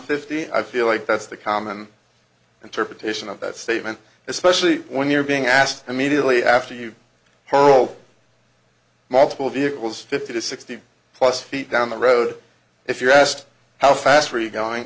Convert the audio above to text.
fifty i feel like that's the common interpretation of that statement especially when you're being asked immediately after you her role model vehicles fifty to sixty plus feet down the road if you're asked how fast are you going